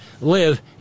live